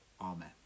Amen